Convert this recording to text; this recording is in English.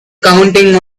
counting